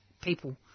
people